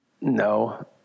No